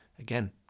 Again